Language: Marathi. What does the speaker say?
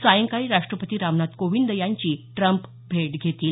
सायंकाळी राष्ट्रपती रामनाथ कोविंद यांची ट्रम्प भेट घेतील